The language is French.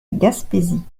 gaspésie